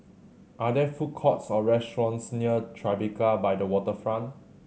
are there food courts or restaurants near Tribeca by the Waterfront